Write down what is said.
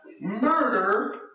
murder